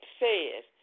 says